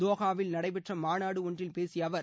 தோகாவில் நடைபெற்ற மாநாடு ஒன்றில் பேசிய அவர்